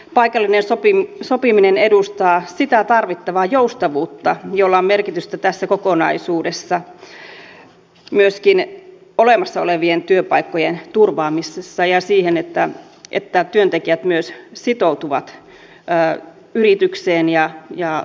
paikallinen sopiminen edustaa sitä tarvittavaa joustavuutta jolla on merkitystä tässä kokonaisuudessa myöskin olemassa olevien työpaikkojen turvaamisessa ja siinä että työntekijät myös sitoutuvat yritykseen ja työn tekemiseen